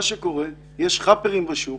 מה שקורה יש חאפרים בשוק